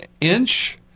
Inch